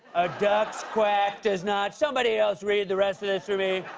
a duck's quack does not somebody else read the rest of this for me.